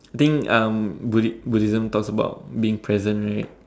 I think um buddi~ Buddhism talks about being present right